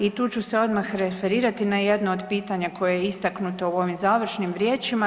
I tu ću se odmah referirati na jedno od pitanja koje je istaknuto u ovim završnim riječima.